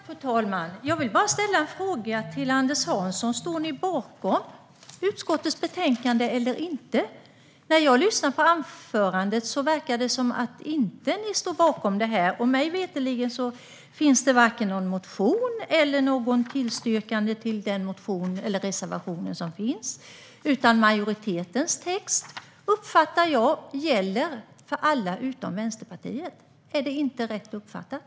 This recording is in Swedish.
Fru talman! Jag vill bara ställa en fråga till Anders Hansson: Står ni bakom utskottets förslag eller inte? När jag lyssnade på anförandet verkade det som att ni inte står bakom det. Men mig veterligen finns det varken någon motion eller något tillstyrkande av den reservation som finns, utan jag uppfattar att majoritetens text gäller för alla utom Vänsterpartiet. Är det rätt uppfattat?